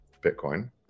Bitcoin